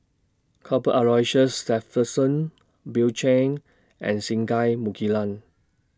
Cuthbert Aloysius Shepherdson Bill Chen and Singai Mukilan